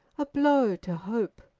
a blow to hope.